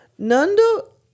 Nando